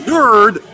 Nerd